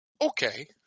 Okay